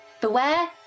Beware